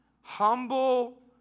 humble